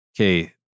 okay